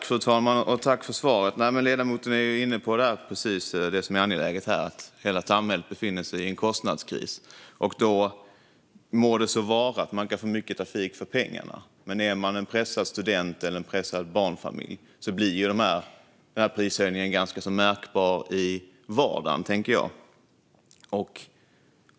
Fru talman! Jag tackar för svaret. Ledamoten är inne precis på det som är angeläget här, nämligen att hela samhället befinner sig i en kostnadskris. Må så vara att man kan få mycket trafik för pengarna, men för en pressad student eller en pressad barnfamilj blir prishöjningen ganska märkbar i vardagen.